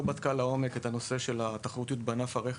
בדקה לעומק את נושא התחרותית בענף הרכב,